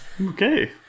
okay